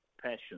passion